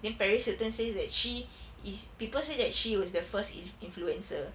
then paris hilton says that she is people say that she was the first in~ influencer